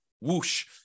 whoosh